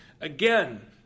Again